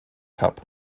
cup